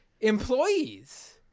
employees